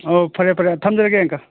ꯑꯣ ꯐꯔꯦ ꯐꯔꯦ ꯊꯝꯖꯔꯒꯦ ꯑꯪꯀꯜ